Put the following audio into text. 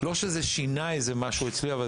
לא שזה שינה אצלי איזה משהו,